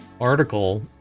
article